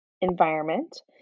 environment